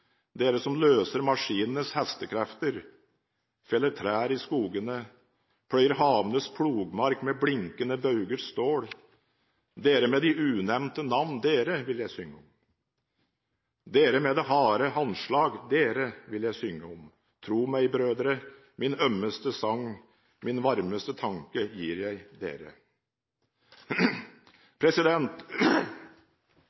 Dere som løser maskinenes hestekrefter, feller trær i skogene, pløyer havenes plogmark med blinkende baugers stål. Dere med de unevnte navn, dere vil jeg synge om. Dere med det harde handslag, dere vil jeg synge om. Tro meg, brødre – min ømmeste sang, min varmeste tanke gir jeg dere.»